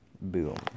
Boom